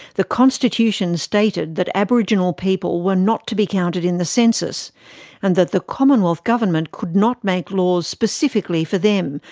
the constitution stated that aboriginal people were not to be counted in the census and that the commonwealth government could not make laws specifically for them,